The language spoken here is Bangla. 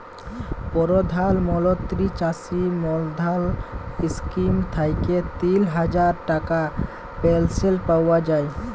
পরধাল মলত্রি চাষী মাল্ধাল ইস্কিম থ্যাইকে তিল হাজার টাকার পেলশল পাউয়া যায়